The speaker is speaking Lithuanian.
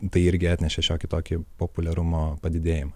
tai irgi atnešė šiokį tokį populiarumo padidėjimą